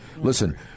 Listen